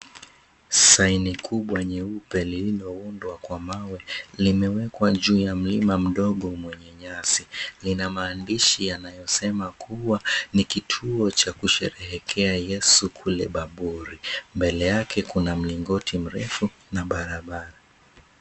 Saini kubwa nyeupe lililoundwa kwa mawe , limewekwa juu ya mlima mdogo wenue nyasi. Lina maandishi yanayosema kuwa ni kituo cha kusherehekea yesu kule Bamburi. Mbele yake kuna mlingoti mrefu na barabara.